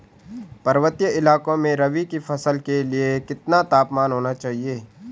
पर्वतीय इलाकों में रबी की फसल के लिए कितना तापमान होना चाहिए?